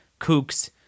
kooks